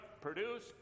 produce